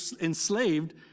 enslaved